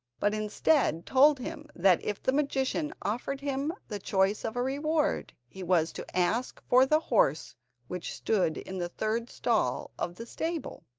but instead told him that if the magician offered him the choice of a reward, he was to ask for the horse which stood in the third stall of the stable.